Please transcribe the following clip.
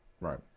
Right